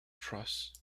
trust